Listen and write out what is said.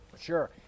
Sure